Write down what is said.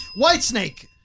Whitesnake